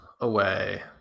away